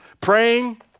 praying